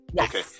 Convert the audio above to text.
okay